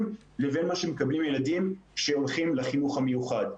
לבין מה שמקבלים ילדים שהולכים לחינוך המיוחד.